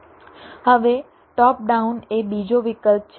હવે top down એ બીજો વિકલ્પ છે